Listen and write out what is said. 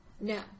No